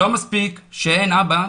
לא מספיק שאין אבא,